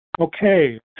Okay